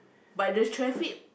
but the traffic